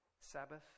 Sabbath